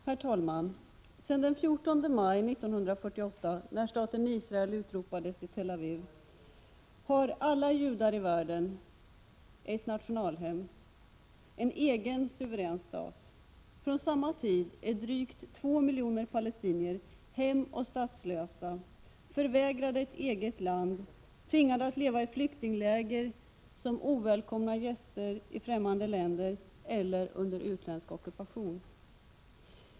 Herr talman! Sedan den 14 maj 1948 när staten Israel utropades i Tel Aviv — 2 juni 1987 har alla judar i världen ett nationalhem, en egen suverän stat. Från samma tid är drygt 2 miljoner palestinier hemoch statslösa, förvägrade ett eget land, tvingade att leva i flyktingläger som ovälkomna gäster i fftämmande länder eller under utländsk ockupation.